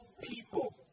people